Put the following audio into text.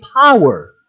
power